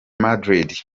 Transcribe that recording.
madrid